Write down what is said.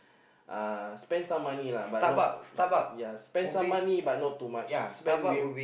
uh spend some money lah but not ya spend some money but not too much spend with